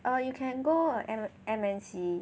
err you can go M_N_C